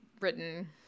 written